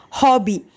hobby